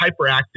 hyperactive